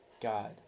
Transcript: God